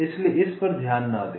इसलिए इस पर ध्यान न दें